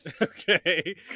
Okay